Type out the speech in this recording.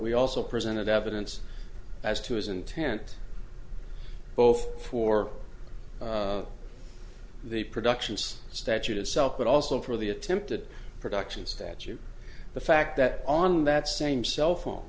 we also presented evidence as to his intent both for the production's statute itself but also for the attempted production statue the fact that on that same cell phone